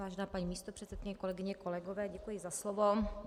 Vážená paní místopředsedkyně, kolegyně, kolegové, děkuji za slovo.